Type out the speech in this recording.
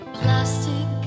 plastic